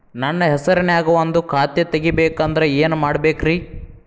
ನನ್ನ ಹೆಸರನ್ಯಾಗ ಒಂದು ಖಾತೆ ತೆಗಿಬೇಕ ಅಂದ್ರ ಏನ್ ಮಾಡಬೇಕ್ರಿ?